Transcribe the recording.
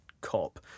COP